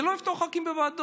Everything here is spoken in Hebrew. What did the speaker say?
זה לא יפטור ח"כים מוועדות.